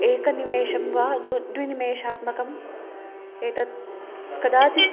एकनिमेषं वा दु द्विनिमेषात्मकम् एतत् कदाचित्